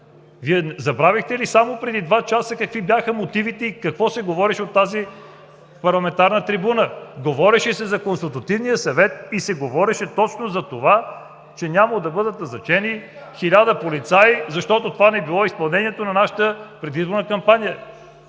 Забравихте ли преди два часа какви бяха мотивите и какво се говореше от тази парламентарна трибуна?! Говореше се за Консултативния съвет и се говореше точно за това, че нямало да бъдат назначени 1000 полицаи, защото това не било изпълнението на нашата предизборна кампания.